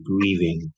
grieving